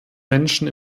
menschen